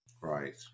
Right